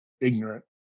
ignorant